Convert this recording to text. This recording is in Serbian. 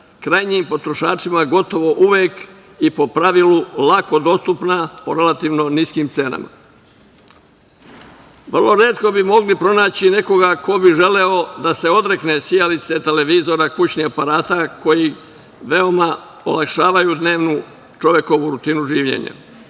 krajnjim potrošačima gotovo uvek, i po pravilu, lako dostupna po relativno niskim cenama. Vrlo retko bi smo mogli pronaći nekoga ko bi želeo da se odrekne sijalice, televizora, kućnih aparata koji veoma olakšavaju čovekovu dnevnu rutinu življenja.